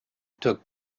took